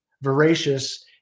voracious